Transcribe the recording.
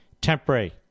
Temporary